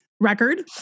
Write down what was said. record